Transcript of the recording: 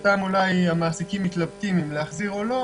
שלגביהם אולי המעסיקים מתלבטים אם להחזיר או לא,